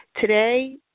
today